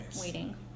waiting